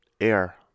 Air